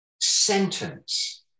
sentence